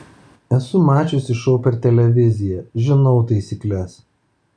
esu mačiusi šou per televiziją žinau taisykles